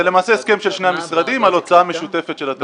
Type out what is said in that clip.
זה למעשה הסכם של שני המשרדים על הוצאה משותפת של התקציב.